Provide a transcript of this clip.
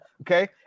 Okay